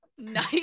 Nice